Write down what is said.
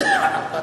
אלדד.